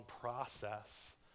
process